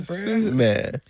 man